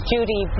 Judy